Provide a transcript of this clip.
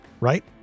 right